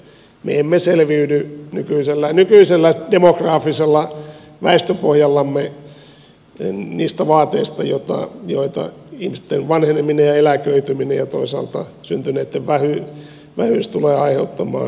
me emme selviydy nykyisellä demografisella väestöpohjallamme niistä vaateista joita ihmisten vanheneminen ja eläköityminen ja toisaalta syntyneitten vähyys tulee aiheuttamaan